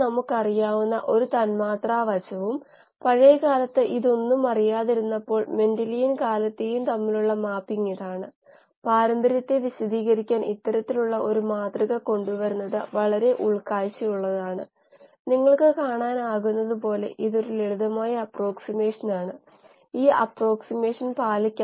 നമുക്ക് ഒരു ചപ്പാത്തി പന്ത് കുഴച്ചെടുത്തത് അല്ലെങ്കിൽ റൊട്ടി കുഴച്ചെടുത്തത് എടുത്ത് ആ കുഴച്ചെടുത്തത് നിങ്ങളുടെ കൈപ്പത്തികൾക്കിടയിൽ വയ്ക്കുക ഷിയർ സ്ട്രെസ്സ് ഈ രീതിയിൽ മനസ്സിലാക്കാം